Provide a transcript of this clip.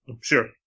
Sure